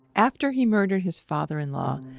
after he murdered his father-in-law,